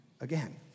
again